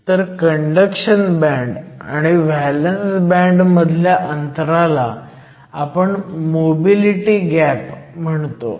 तर conduction band आणि valence band मधल्या अंतराला आपण मोबिलिटी गॅप म्हणतो